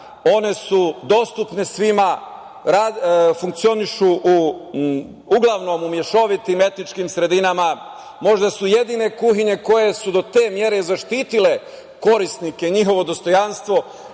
One su dostupne svima, funkcionišu uglavnom u mešovitim etičkim sredinama. Možda su jedine kuhinje koje su do te mere zaštitile korisnike, njihovo dostojanstvo,